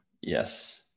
Yes